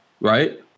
right